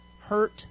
hurt